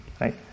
right